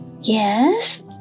Yes